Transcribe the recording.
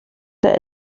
der